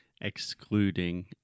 excluding